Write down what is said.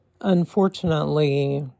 unfortunately